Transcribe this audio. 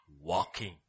walking